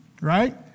Right